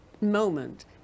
moment